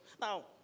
Now